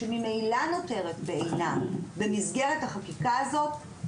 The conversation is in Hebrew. שממילא נותרת בעינה במסגרת החקיקה הזאת,